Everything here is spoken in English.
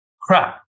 crap